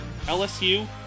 LSU